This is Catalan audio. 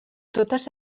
totes